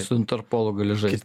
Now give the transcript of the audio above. su interpolu gali žaist